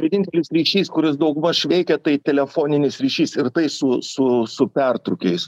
vienintelis ryšys kuris daugmaž veikia tai telefoninis ryšys ir tai su su su pertrūkiais